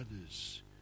others